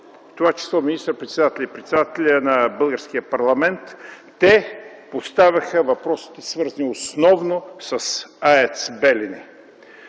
това число министър-председателя и председателя на българския парламент, те поставяха въпросите, свързани основно с АЕЦ „Белене”.